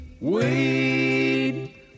Weed